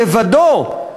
לבדו,